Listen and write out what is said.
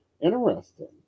Interesting